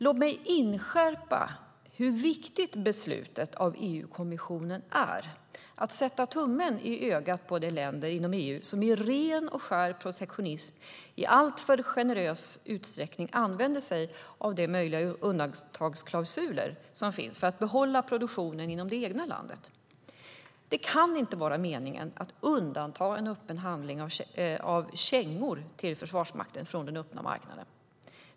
Låt mig inskärpa hur viktigt beslutet av EU-kommissionen är för att sätta tummen i ögat på de länder i EU som i ren och skär protektionism i alltför generös utsträckning använder sig av de möjliga undantagsklausuler som finns för att behålla produktionen i det egna landet. Det kan inte vara meningen att man ska få undanta en upphandling av kängor till Försvarsmakten från den öppna marknaden.